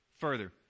further